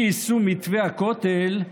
אי-יישום מתווה הכותל,